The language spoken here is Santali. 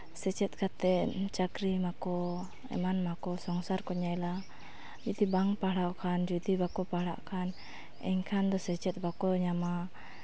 ᱥᱮᱪᱮᱫ ᱠᱟᱛᱮᱫ ᱪᱟᱹᱠᱨᱤ ᱢᱟᱠᱚ ᱮᱢᱟᱱ ᱢᱟᱠᱚ ᱥᱚᱝᱥᱟᱨ ᱠᱚ ᱧᱮᱞᱟ ᱡᱩᱫᱤ ᱵᱟᱝ ᱯᱟᱲᱦᱟᱣ ᱠᱷᱟᱱ ᱡᱩᱫᱤ ᱵᱟᱠᱚ ᱯᱟᱲᱦᱟᱜ ᱠᱷᱟᱱ ᱮᱱᱠᱷᱟᱱ ᱫᱚ ᱥᱮᱪᱮᱫ ᱵᱟᱠᱚ ᱧᱟᱢᱟ